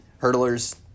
Hurdlers